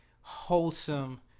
wholesome